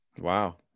Wow